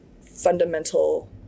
fundamental